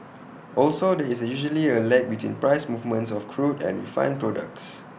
also there is usually A lag between price movements of crude and refined products